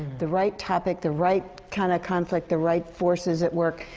the right topic, the right kind of conflict, the right forces at work,